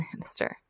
Lannister